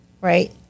Right